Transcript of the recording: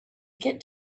get